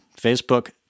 Facebook